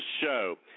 show